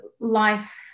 life